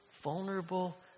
vulnerable